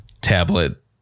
tablet